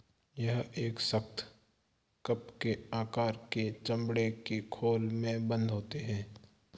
यह एक सख्त, कप के आकार के चमड़े के खोल में बन्द होते हैं